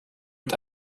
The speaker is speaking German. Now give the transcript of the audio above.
mit